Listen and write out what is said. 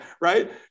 right